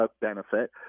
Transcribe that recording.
benefit